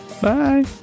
Bye